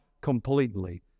completely